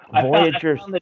Voyager's